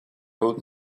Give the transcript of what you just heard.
old